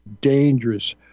dangerous